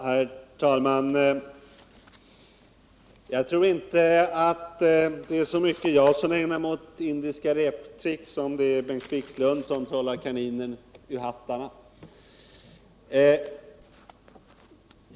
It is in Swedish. Herr talman! Jag tror inte det är jag som ägnar mig så mycket åt det indiska reptricket utan mera Bengt Wiklund som ägnar sig åt att trolla kaniner ur hatten.